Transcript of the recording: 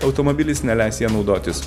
automobilis neleis ja naudotis